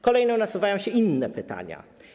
Kolejno nasuwają się inne pytania.